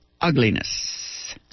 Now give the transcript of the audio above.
ugliness